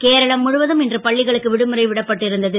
கேரளம் முழுவதும் இன்று பள்ளிகளுக்கு விடுமுறை விடப்பட்டு இருந்தது